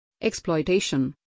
exploitation